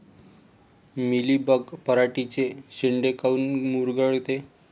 Mealybug पराटीचे चे शेंडे काऊन मुरगळते?